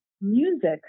music